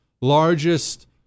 largest